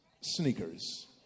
sneakers